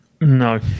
No